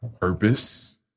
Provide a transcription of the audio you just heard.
purpose